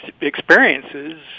experiences